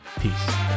peace